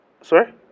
Sorry